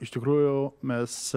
iš tikrųjų mes